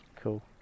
Cool